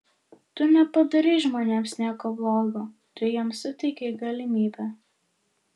tu nepadarei žmonėms nieko blogo tu jiems suteikei galimybę